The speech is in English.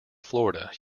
florida